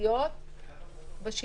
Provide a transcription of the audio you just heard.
חרדיות בשלטון.